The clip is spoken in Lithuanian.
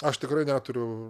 aš tikrai neturiu